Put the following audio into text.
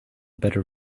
better